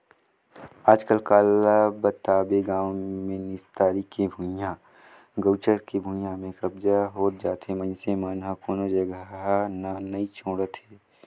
आजकल काला बताबे गाँव मे निस्तारी के भुइयां, गउचर के भुइयां में कब्जा होत जाथे मइनसे मन ह कोनो जघा न नइ छोड़त हे